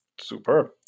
Superb